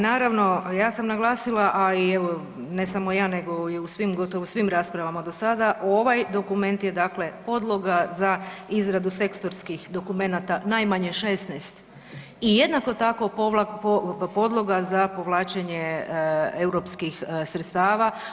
Naravno, ja sam naglasila, a i evo ne samo ja nego i u svim, gotovo u svim raspravama do sada, ovaj dokument je dakle podloga za izradu sektorskih dokumenata najmanje 16 i jednako tako podloga za povlačenje europskih sredstava.